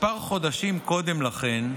כמה חודשים קודם לכן,